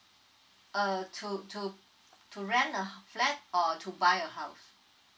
uh to to to rent a h~ flat or to buy a house